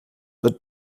but